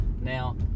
Now